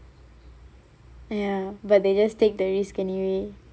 ya but they just take the risk anyway